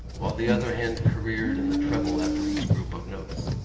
while the other hand careered in the treble after each group of notes.